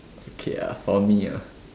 okay ah for me ah